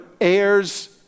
heirs